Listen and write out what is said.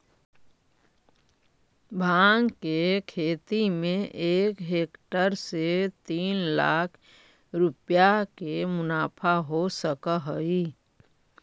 भाँग के खेती में एक हेक्टेयर से तीन लाख रुपया के मुनाफा हो सकऽ हइ